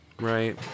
Right